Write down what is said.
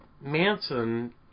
Manson